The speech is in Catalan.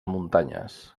muntanyes